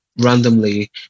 randomly